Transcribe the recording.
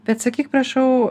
bet sakyk prašau